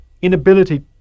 inability